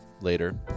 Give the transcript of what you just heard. later